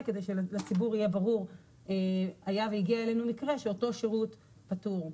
כדי שלציבור יהיה ברור היה והגיע אלינו מקרה שאותו שירות פטור.